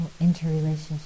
interrelationship